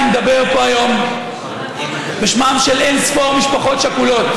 אני מדבר פה היום בשמן של אין-ספור משפחות שכולות,